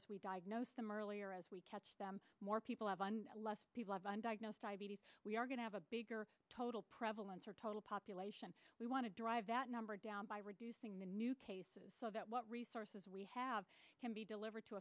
as we diagnose them earlier as we catch them more people have less people have undiagnosed diabetes we are going to have a bigger total prevalence or total population we want to drive that number down by reducing the new cases so that what resources we have can be delivered to